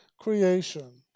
creation